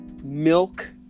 milk